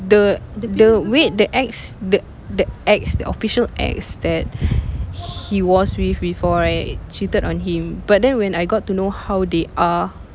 the the the wait the ex the the ex the official ex that he was with before right cheated on him but then when I got to know how they are